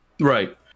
Right